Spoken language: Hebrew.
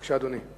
בבקשה, אדוני.